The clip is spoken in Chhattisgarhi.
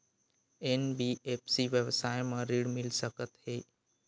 एन.बी.एफ.सी व्यवसाय मा ऋण मिल सकत हे